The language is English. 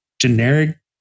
generic